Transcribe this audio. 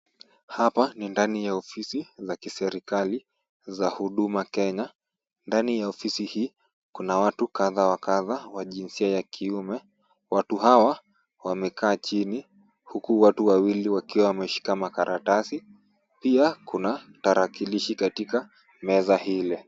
Hapa ni ndani ya ofisi za kiserikali za Huduma Kenya. Ndani ya ofisi hii, kuna watu kadha wa kadha wa jinsia ya kiume. Watu hawa wamekaa chini huku watu wawili wakiwa wameshika makaratasi .Pia kuna tarakilishi katika meza ile.